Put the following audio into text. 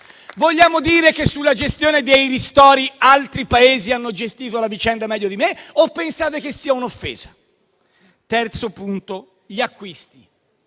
Vogliamo dire che sulla gestione dei ristori altri Paesi hanno gestito la vicenda meglio di noi? O pensate che sia un'offesa? Terzo punto: gli acquisti.